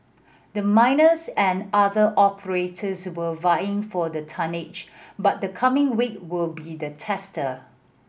the miners and other operators were vying for the tonnage but the coming week will be the tester